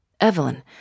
Evelyn